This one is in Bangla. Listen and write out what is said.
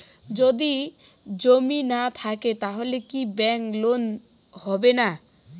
যদি জমি না থাকে তাহলে কি ব্যাংক লোন হবে না?